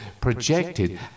projected